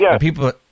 people